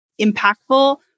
impactful